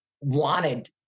wanted